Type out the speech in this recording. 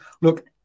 look